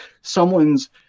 someone's